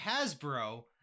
Hasbro